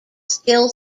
still